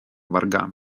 wargami